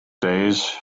days